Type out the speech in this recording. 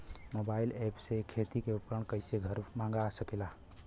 Mobile ऐपसे खेती के उपकरण कइसे घर मगा सकीला?